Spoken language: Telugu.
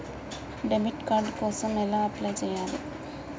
డెబిట్ కార్డు కోసం ఎలా అప్లై చేయాలి?